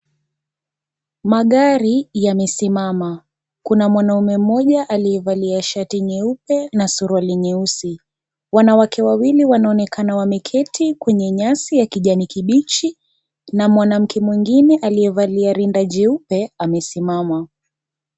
Magari yamesimama. Kuna mwanaume mmoja aliyevalia shati nyeupe na suruali nyeusi, wanawake wawili wanaonekana wameketi kwenye nyasi ya kijani, kibichi na mwanamke mwengine aliyevalia rinda jeupe amesimama.